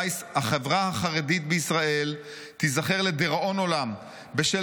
החברה החרדית בישראל תיזכר לדיראון עולם בשל